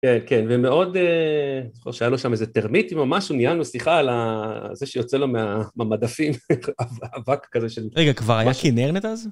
כן, כן, ומאוד, אני זוכר שהיה לו שם איזה תרמיטים או משהו ניהלנו שיחה על הזה שיוצא לו מהמדפים, אבק כזה של... רגע, כבר היה כינרנד אז?